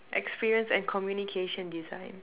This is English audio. experience and communication design